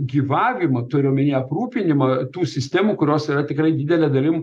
gyvavimo turiu omeny aprūpinimą tų sistemų kurios yra tikrai didele dalim